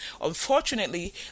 Unfortunately